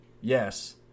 Yes